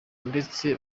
ndetse